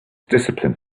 discipline